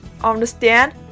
understand